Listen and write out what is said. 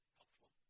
helpful